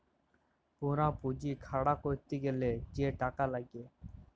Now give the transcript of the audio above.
পুরা পুঁজি খাড়া ক্যরতে গ্যালে যে টাকা লাগ্যে